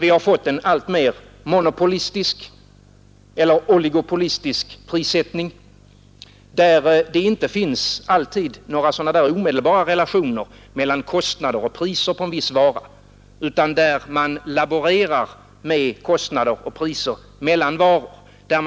Vi har fått en alltmer monopolistisk eller oligopolistisk prissättning, där det inte alltid finns några sådana där omedelbara relationer mellan kostnader och priser på en viss vara utan där man laborerar med kostnader och priser mellan varor.